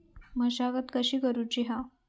मशागत कशी करूची हा?